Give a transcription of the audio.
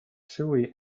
sui